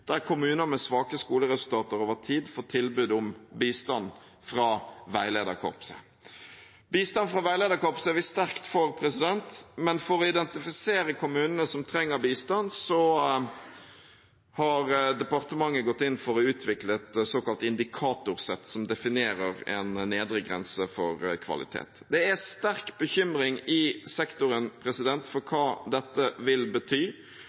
der kommuner med svake skoleresultater over tid får tilbud om bistand fra veilederkorpset. Bistand fra veilederkorpset er vi sterkt for, men for å identifisere kommunene som trenger bistand, har departementet gått inn for å utvikle et såkalt indikatorsett som definerer en nedre grense for kvalitet. Det er sterk bekymring i sektoren for hva dette vil bety,